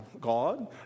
God